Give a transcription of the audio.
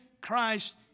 Christ